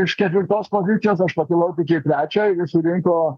iš ketvirtos pozicijos aš pakilau tik į trečią surinko